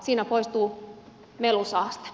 siinä poistuu melusaaste